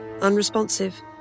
unresponsive